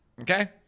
Okay